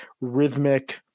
rhythmic